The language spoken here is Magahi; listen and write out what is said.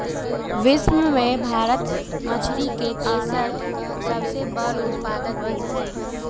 विश्व में भारत मछरी के तेसर सबसे बड़ उत्पादक देश हई